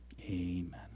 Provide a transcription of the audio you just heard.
Amen